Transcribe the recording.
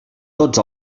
tots